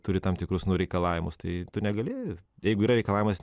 turi tam tikrus nu reikalavimus tai tu negali jeigu yra reikalavimas